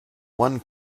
one